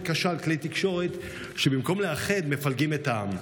קשה על כלי תקשורת שבמקום לאחד מפלגים את העם.